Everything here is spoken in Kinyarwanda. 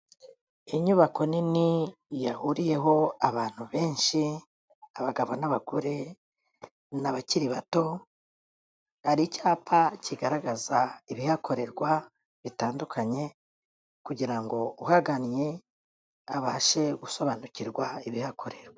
Inyubako nini yahuriyeho abantu benshi, abagabo n'abagore n'abakiri bato, hari icyapa kigaragaza ibihakorerwa bitandukanye, kugira ngo uhagannye abashe gusobanukirwa ibihakorerwa.